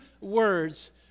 words